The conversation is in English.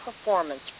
performance